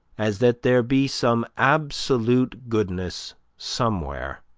as that there be some absolute goodness somewhere